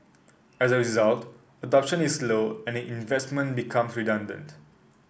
as a result adoption is low and the investment becomes redundant